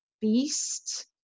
Beast